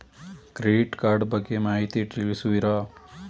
Credit card ಬಗ್ಗೆ ಮಾಹಿತಿ ತಿಳಿಸುವಿರಾ?